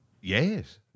Yes